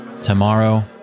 Tomorrow